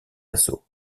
assaut